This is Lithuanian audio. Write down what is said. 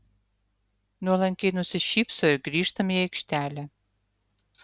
nuolankiai nusišypso ir grįžtam į aikštelę